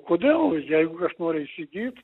kodėl jeigu aš noriu įsigyt